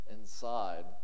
inside